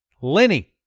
Lenny